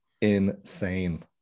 insane